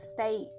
state